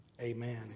amen